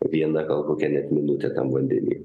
viena gal kokia net minutė tam vandeny